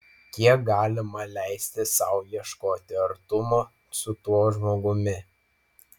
kiek galima leisti sau ieškoti artumo su tuo žmogumi